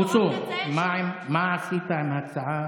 בוסו, מה עשית עם ההצעה